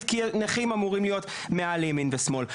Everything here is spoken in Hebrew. כי נכים אמורים להיות מעל ימין ושמאל.